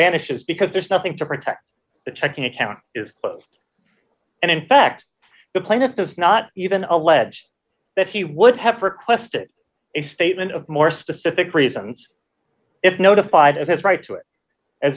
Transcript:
vanishes because there's nothing to protect the checking account is closed and in fact the plaintiff does not even allege that he would have requested a statement of more specific reasons if notified of his right to it a